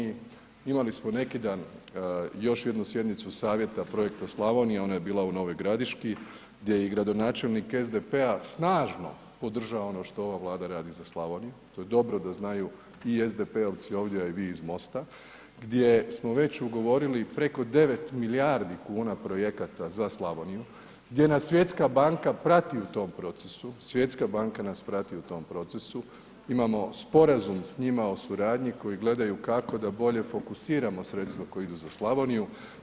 Imali smo neki dan još jednu sjednicu Savjeta Projekta Slavonija, ona je bila u Novoj Gradiški, gdje i gradonačelnik SDP-a snažno podržava ono što ova Vlada radi za Slavoniju, to je dobro da znaju i SDP-ovci ovdje a i vi iz MOST-a, gdje smo već ugovorili preko 9 milijardi kuna projekata za Slavoniju, gdje nas Svjetska banka prati u tom procesu, Svjetska banka nas prati u tom procesu, imamo sporazum s njima o suradnji koji gledaju kako da bolje fokusiramo sredstva koja idu za Slavoniju.